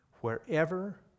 Wherever